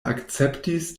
akceptis